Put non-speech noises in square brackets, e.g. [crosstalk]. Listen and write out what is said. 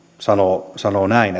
sanoo sanoo näin [unintelligible]